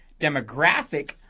demographic